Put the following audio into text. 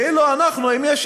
ואילו אנחנו,